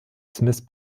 smith